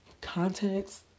context